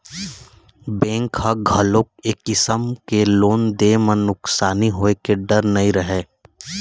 bank ह घलोक ए किसम के लोन दे म नुकसानी होए के डर नइ रहय